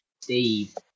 Steve